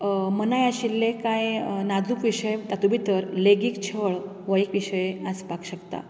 मनाय आशिल्ले कांय नाजूक विशय तातूंत भितर लैंगीक छळ हो एक विशय आसपाक शकता